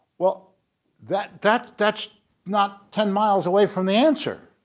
well that that that's not ten miles away from the answer,